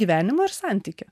gyvenimą ir santykį